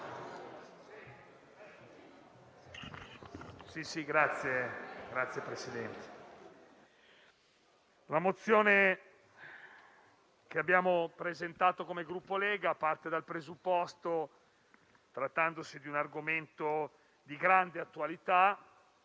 la mozione che abbiamo presentato come Gruppo Lega parte dal presupposto, trattandosi di un argomento di grande attualità,